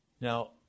Now